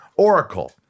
Oracle